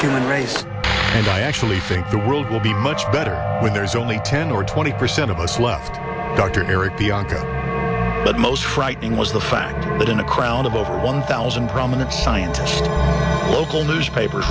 of race i actually think the world will be much better when there's only ten or twenty percent of us left dr eric pianka but most frightening was the fact that in a crowd of over one thousand prominent scientists local newspapers